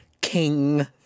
king